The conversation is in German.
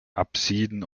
apsiden